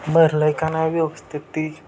भरले का नाही व्यवस्थित